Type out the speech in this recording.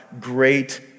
great